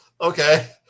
okay